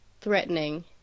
threatening